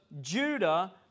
Judah